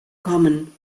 kommen